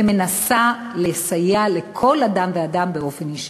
ומנסה לסייע לכל אדם ואדם באופן אישי.